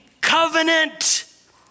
covenant